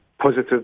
positive